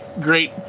great